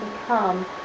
become